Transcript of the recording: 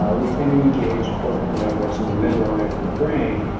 ah we tend to engage cortical networks in the midline of the brain,